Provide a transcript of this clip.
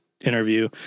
interview